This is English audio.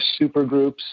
supergroups